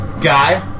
guy